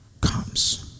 comes